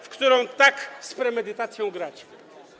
w którą tak z premedytacją gracie?